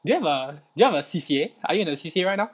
do you have a do you have a C_C_A are you in a C_C_A right now